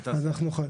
מה היא תעשה?